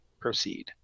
proceed